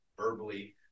verbally